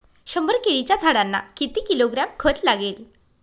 शंभर केळीच्या झाडांना किती किलोग्रॅम खत लागेल?